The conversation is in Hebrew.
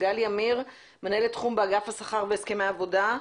גלי אמיר, מנהלת תחום באגף השכר והסכמי עבודה.